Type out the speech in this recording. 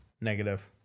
negative